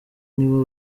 nibo